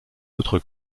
autre